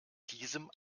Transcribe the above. diesem